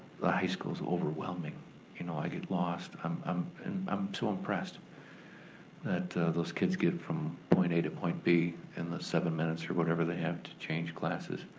the high school's overwhelming. you know i get lost, i'm um and um so impressed that those kids get from point a to point b in the seven minutes, or whatever they have to change classes.